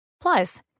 Plus